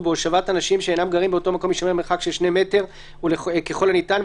ובהושבת אנשים שאינם גרים באותו מקום יישמר מרחק של 2 מטרים ככל הניתן,